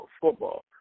football